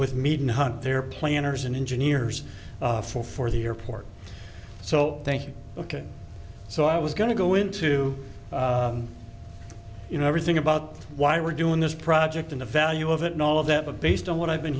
with me to hunt their planners and engineers for for the airport so thank you ok so i was going to go into you know everything about why we're doing this project in the value of it and all of that but based on what i've been